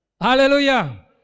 Hallelujah